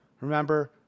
remember